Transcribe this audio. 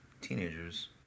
teenagers